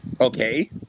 Okay